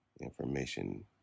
information